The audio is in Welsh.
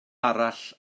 arall